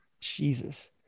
Jesus